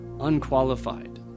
unqualified